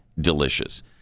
delicious